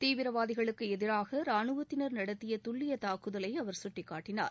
தீவிரவாதிகளுக்கு எதிராக ராணுவத்தினா் நடத்திய துல்லிய தாக்குதலை அவர் கட்டிக்காட்டினார்